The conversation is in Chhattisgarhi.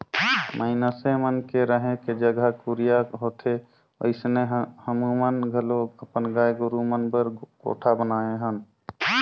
मइनसे मन के रहें के जघा कुरिया होथे ओइसने हमुमन घलो अपन गाय गोरु मन बर कोठा बनाये हन